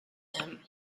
him